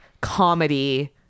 comedy